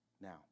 Now